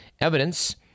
evidence